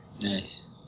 Nice